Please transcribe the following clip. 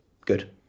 good